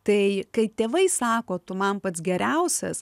tai kai tėvai sako tu man pats geriausias